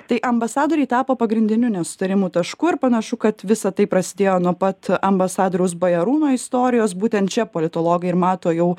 tai ambasadoriai tapo pagrindiniu nesutarimų tašku ir panašu kad visa tai prasidėjo nuo pat ambasadoriaus bajarūno istorijos būtent čia politologai ir mato jau